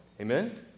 Amen